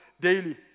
daily